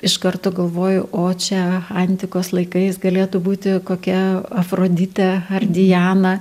iš karto galvoju o čia antikos laikais galėtų būti kokia afroditė ar diana